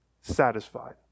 satisfied